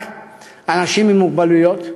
רק אנשים עם מוגבלויות.